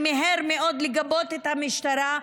שמיהר מאוד לגבות את המשטרה,